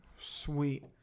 sweet